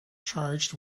charged